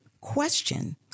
question